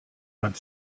went